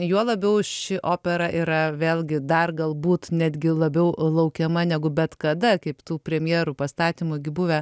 juo labiau ši opera yra vėlgi dar galbūt netgi labiau laukiama negu bet kada kaip tų premjerų pastatymų gi buvę